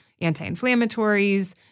anti-inflammatories